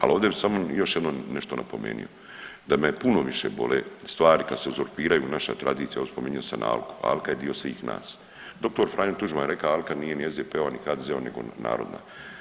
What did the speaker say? Ali ovdje bi samo još jednom nešto napomenuo, da me puno više bole stvari kad se uzurpiraju naša tradicija, evo spominjao sam alku, alka je dio svih nas, doktor Franjo Tuđman je rekao alka nije ni SDP-ova, ni HDZ-ova nego narodna.